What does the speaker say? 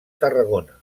tarragona